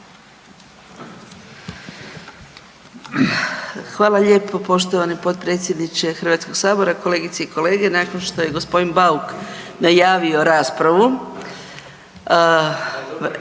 Hvala lijepo poštovani potpredsjedniče Hrvatskog sabora. Kolegice i kolege nakon što je gospodin Bauk najavio raspravu,